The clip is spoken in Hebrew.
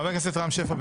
חבר הכנסת רם שפע.